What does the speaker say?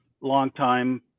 longtime